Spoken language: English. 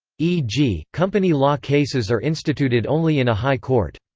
e g. company law cases are instituted only in a high court.